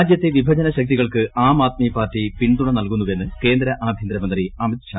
രാജ്യത്തെ വിഭജന ശ്ക്തികൾക്ക് ആം ആദ്മി പാർട്ടി പിന്തുണ നൽകുന്നുവ്പെന്ന് കേന്ദ്ര ആഭ്യന്തരമന്ത്രി അമിത് ഷാ ആരോപ്പിച്ചു